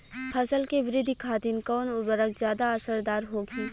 फसल के वृद्धि खातिन कवन उर्वरक ज्यादा असरदार होखि?